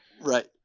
Right